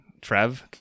Trev